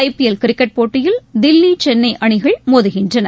ஐ PL cricket போட்டியில் தில்லி சென்னைஅணிகள் மோதுகின்றன